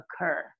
occur